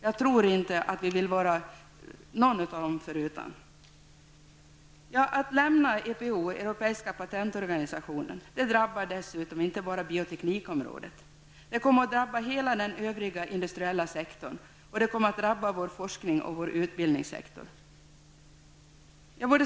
Jag tror inte att vi vill vara någon av dem förutan. Att lämna EPO, europeiska patentorganisationen, drabbar dessutom inte bara bioteknikområdet. Det kommer att drabba hela den övriga industriella sektorn, det kommer att drabba vår forskning och vår utbildningssektor.